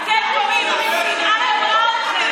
השנאה גמרה